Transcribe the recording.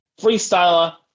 Freestyler